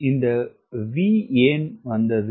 இந்த V ஏன் வந்தது